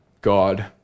God